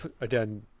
again